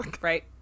Right